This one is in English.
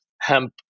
hemp